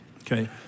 Okay